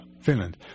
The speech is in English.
Finland